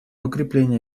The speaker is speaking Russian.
укрепления